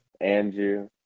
Andrew